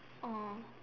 oh